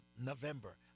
November